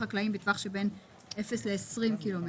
חקלאיים בטווח שבין 0 ל-20 קילומטרים".